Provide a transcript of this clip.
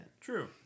true